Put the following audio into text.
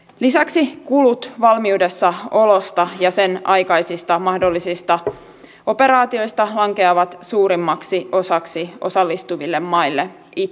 lisäksi kulut valmiudessa olosta ja sen aikaisista mahdollisista operaatioista lankeavat suurimmaksi osaksi osallistuville maille itselleen